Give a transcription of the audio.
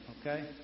okay